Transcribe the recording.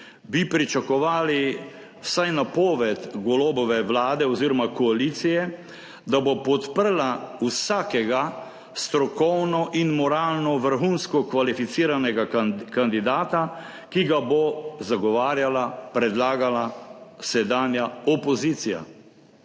bi pričakovali vsaj napoved Golobove vlade oziroma koalicije, da bo podprla vsakega strokovno in moralno vrhunsko kvalificiranega kandidata, ki ga bo zagovarjala, predlagala sedanja opozicija.